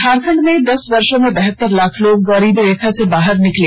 झारखंड में दस वर्षो में बहत्तर लाख लोग गरीबी रेखा से बाहर निकले